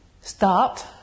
start